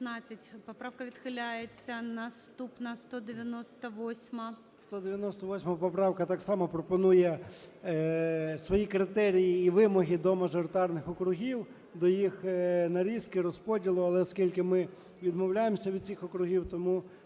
Поправка відхиляється. Наступна –